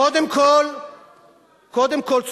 קודם כול,